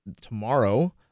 tomorrow